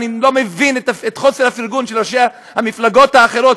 ואני לא מבין את חוסר הפרגון של ראשי המפלגות האחרות